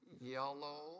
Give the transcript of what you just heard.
yellow